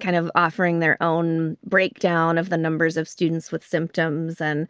kind of offering their own breakdown of the numbers of students with symptoms and